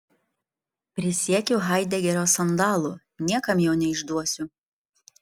prisiekiu haidegerio sandalu niekam jo neišduosiu